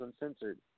Uncensored